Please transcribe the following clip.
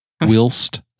Whilst